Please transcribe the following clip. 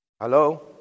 Hello